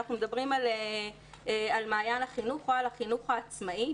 כשאנחנו מדברים על מעיין החינוך או על החינוך העצמאי,